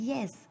Yes